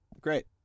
great